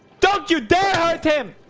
don't you dare him?